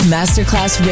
Masterclass